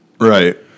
Right